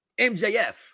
MJF